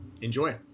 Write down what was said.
Enjoy